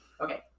Okay